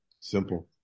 Simple